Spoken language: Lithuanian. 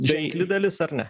ženkli dalis ar ne